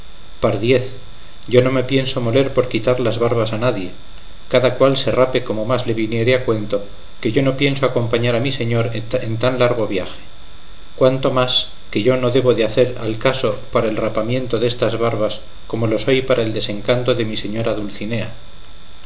pardiez yo no me pienso moler por quitar las barbas a nadie cada cual se rape como más le viniere a cuento que yo no pienso acompañar a mi señor en tan largo viaje cuanto más que yo no debo de hacer al caso para el rapamiento destas barbas como lo soy para el desencanto de mi señora dulcinea